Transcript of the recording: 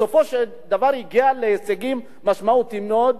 בסופו של דבר הגיע להישגים משמעותיים מאוד,